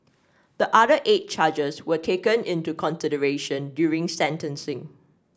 the other eight charges were taken into consideration during sentencing